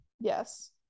yes